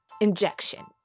injection